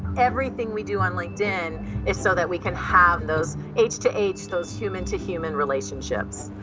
everything we do on linkedin is so that we could have those age-to-age, those human-to-human relationships.